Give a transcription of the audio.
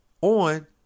on